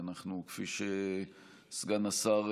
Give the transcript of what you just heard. כפי שסגן השר,